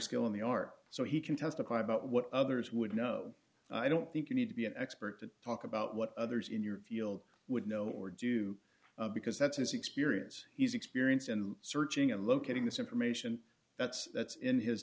skill in the art so he can testify about what others would know i don't think you need to be an expert to talk about what others in your view old would know or do because that's his experience he's experienced in searching and locating this information that's that's in his